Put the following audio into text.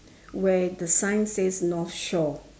where the sign says north shore